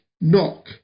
knock